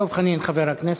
דב חנין, חבר הכנסת,